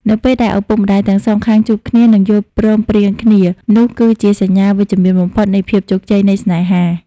នៅពេលដែលឪពុកម្ដាយទាំងសងខាងជួបគ្នា និងយល់ព្រមព្រៀងគ្នា នោះគឺជាសញ្ញាវិជ្ជមានបំផុតនៃភាពជោគជ័យនៃស្នេហា។